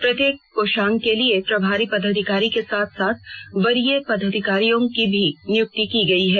प्रत्येक कोषांग के लिए प्रभारी पदाधिकारी के साथ साथ वरीय पदाधिकारियों की भी नियुक्ति की गयी है